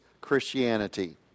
Christianity